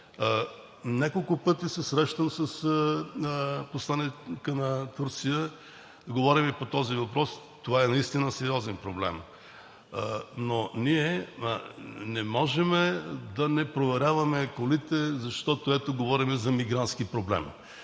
Няколко пъти се срещам с посланика на Турция и говорим по този въпрос. Това наистина е сериозен проблем. Не можем да не проверяваме колите, защото говорим за мигрантски проблем.